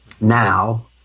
now